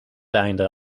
einde